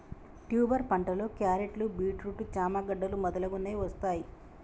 tuber పంటలో క్యారెట్లు, beetroot, చామ గడ్డలు మొదలగునవి వస్తాయ్